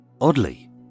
Oddly